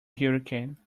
hurricane